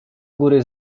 góry